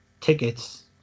tickets